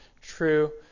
true